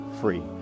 free